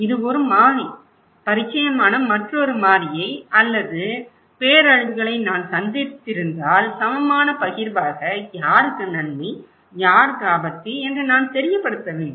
இது ஒரு மாறி பரிச்சயமான மற்றொரு மாறியை அல்லது பேரழிவுகளை நான் சந்தித்திருந்தால் சமமான பகிர்வாக யாருக்கு நன்மை யாருக்கு ஆபத்து என்று நான் தெரியப்படுத்த வேண்டும்